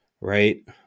right